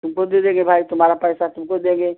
तुमको दे देंगे भाई तुम्हारा पैसा तुमको देंगे